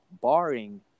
barring